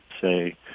say